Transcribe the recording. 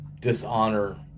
dishonor